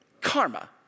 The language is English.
karma